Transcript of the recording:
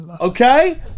Okay